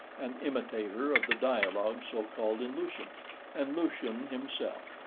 an imitator of the dialogues so called in lucian and lucian himself.